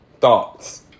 thoughts